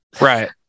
right